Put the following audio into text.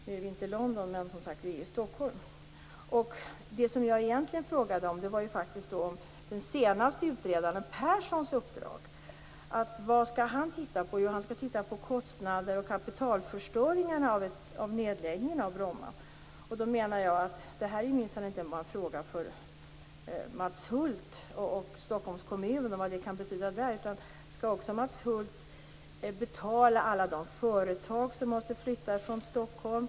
Nu är vi inte i London, men vi är i Stockholm. Det jag egentligen frågade om var den senaste utredaren Perssons uppdrag. Vad skall han titta på? Jo, han skall titta på kostnader och kapitalförstöring vid nedläggningen av Bromma. Då menar jag att det här minsann inte bara är en fråga för Mats Hulth och vad det kan betyda för Stockholms kommun. Skall Mats Hulth också betala alla de företag som måste flytta från Stockholm?